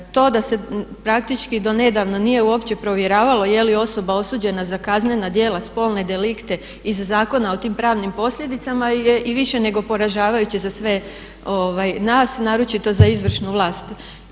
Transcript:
To da se praktični do nedavno nije uopće provjeravalo je li osoba osuđena za kaznena djela spolne delikte iz zakona o tim pravnim posljedicama je i više nego poražavajuće za sve nas, naročito za izvršnu vlast.